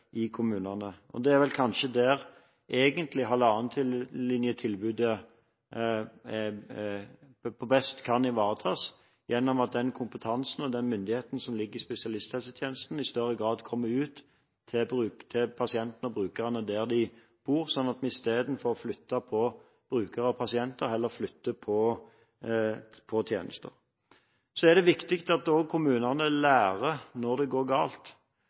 i kommunene. Det er vel kanskje egentlig her halvannenlinjetilbudet best kan ivaretas, gjennom at den kompetansen og den myndigheten som ligger i spesialisthelsetjenesten, i større grad kommer ut til pasientene og brukerne der de bor – at vi istedenfor å flytte på brukere og pasienter, heller flytter på tjenester. Det er også viktig at kommunene lærer når det går galt.